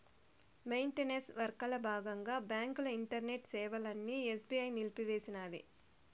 maintenance వర్కల బాగంగా బాంకుల ఇంటర్నెట్ సేవలని ఎస్బీఐ నిలిపేసినాది